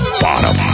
bottom